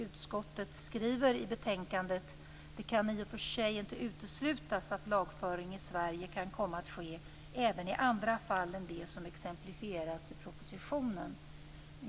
Utskottet skriver i betänkandet att det i och för sig inte kan uteslutas att lagföring i Sverige kan komma att ske även i andra fall än de som exemplifieras i propositionen.